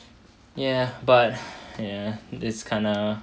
ya but ya it's kinda